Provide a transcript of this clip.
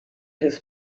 his